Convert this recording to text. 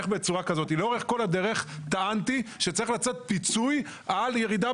לאורך כול הדרך טענתי שצריך לצאת פיצוי על ירידה